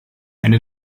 ende